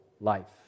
life